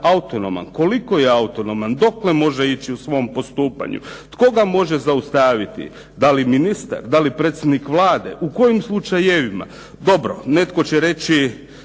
autonoman? Koliko je autonoman? Dokle može ići u svom postupanju? Tko ga može zaustaviti? Da li ministar, da li predsjednik Vlade? U kojim slučajevima? Dobro, netko će reći